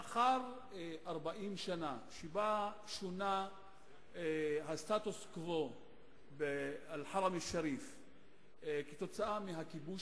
לאחר 40 שנה שבהן שונה הסטטוס-קוו ב"אל-חרם א-שריף" כתוצאה מהכיבוש